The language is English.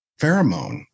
pheromone